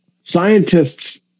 scientists